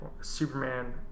superman